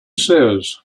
says